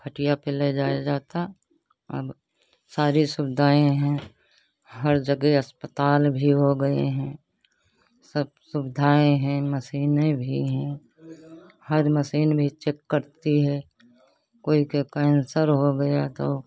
खटिया पर ले जाया जाता अब सारी सुविधाएँ हैं हर जगह अस्पताल भी हो गए हैं सब सुविधाएँ हैं मशीने भी हैं हर मशीन भी चेक करती है कोई के कैंसर हो गया तो